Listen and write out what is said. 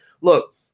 look